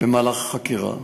במהלך החקירה,